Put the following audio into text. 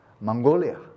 Mongolia